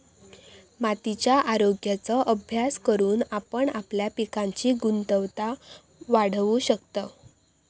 मातीच्या आरोग्याचो अभ्यास करून आपण आपल्या पिकांची गुणवत्ता वाढवू शकतव